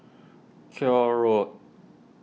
Koek Road